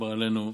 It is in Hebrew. שבא עלינו,